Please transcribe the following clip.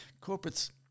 corporate's